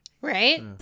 Right